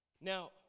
Now